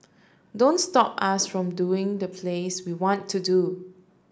don't stop us from doing the plays we want to do